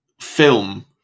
film